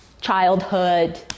childhood